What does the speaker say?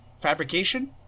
Fabrication